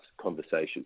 conversation